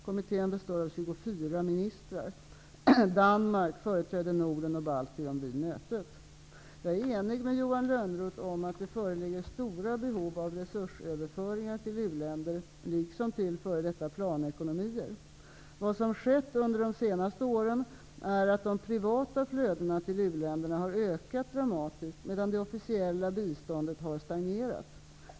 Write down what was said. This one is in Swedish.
Kommittén består av 24 Jag är enig med Johan Lönnroth om att det föreligger stora behov av resursöverföringar till uländer liksom till f.d. planekonomier. Vad som skett under de senaste åren är att de privata flödena till u-länderna har ökat dramatiskt, medan det officiella biståndet har stagnerat.